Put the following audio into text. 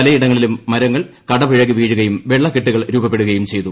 പലയിടങ്ങളിലും മരങ്ങൾ കടപുഴകി വീഴുകയും വെള്ളക്കെട്ടുകൾ രൂപപ്പെടുകയും ചെയ്തു